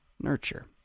Nurture